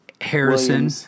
Harrison